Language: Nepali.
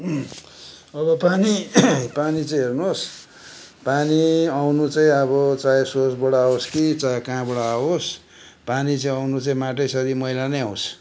अब पानी पानी चाहिँ हेर्नुहोस् पानी आउनु चाहिँ अब चाहे सोर्सबाट आवोस् कि चाहे कहाँबाट आवोस् पानी चाहिँ आउनु चाहिँ माटैसरि मैला नै आउँछ